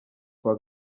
kwa